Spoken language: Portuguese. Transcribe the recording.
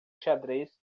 xadrez